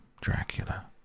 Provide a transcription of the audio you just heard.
Dracula